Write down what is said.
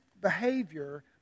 behavior